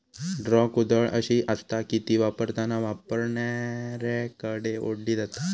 draw कुदळ अशी आसता की ती वापरताना वापरणाऱ्याकडे ओढली जाता